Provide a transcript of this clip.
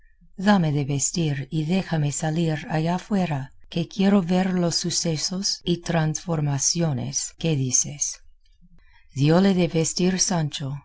dame de vestir y déjame salir allá fuera que quiero ver los sucesos y transformaciones que dices diole de vestir sancho